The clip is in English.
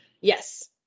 Yes